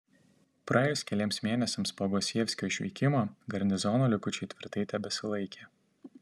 praėjus keliems mėnesiams po gosievskio išvykimo garnizono likučiai tvirtai tebesilaikė